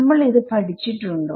നമ്മൾ ഇത് പഠിച്ചിട്ടുണ്ട്